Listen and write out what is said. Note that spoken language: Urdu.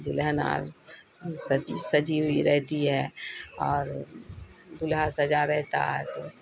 دلہن آج سجی سجی ہوئی رہتی ہے اور دلہا سجا رہتا ہے تو